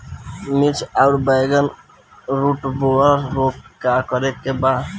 मिर्च आउर बैगन रुटबोरर रोग में का करे के बा?